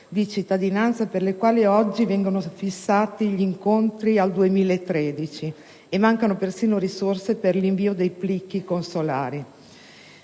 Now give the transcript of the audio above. di cittadinanza per le quali oggi vengono fissati gli incontri al 2013 e dove mancano persino risorse per l'invio dei plichi consolari.